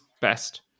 best